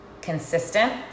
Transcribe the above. consistent